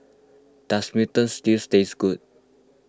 does Mutton Stew taste good